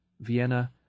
Vienna